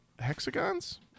hexagons